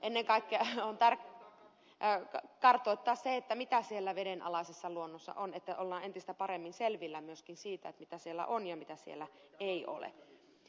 ennen kaikkea on tarkoitus kartoittaa se mitä siellä vedenalaisessa luonnossa on että ollaan entistä paremmin selvillä myöskin siitä mitä siellä on ja mitä siellä ei ole